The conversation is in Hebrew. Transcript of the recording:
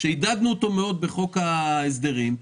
שרידדנו מאוד בחוק ההסדרים,